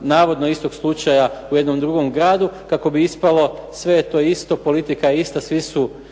navodno istog slučaja u jednom drugom gradu, kako bi ispalo sve je to isto, politika je ista, svi su